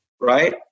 right